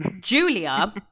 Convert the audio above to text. Julia